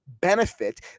benefit